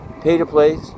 pay-to-play